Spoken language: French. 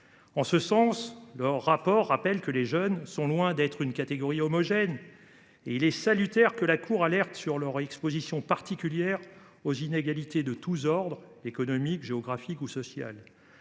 En ce sens, le rapport rappelle que les « jeunes » sont loin d’être une catégorie homogène. Il est salutaire que la Cour alerte sur leur exposition particulière aux inégalités de tous ordres – économique, géographique ou social.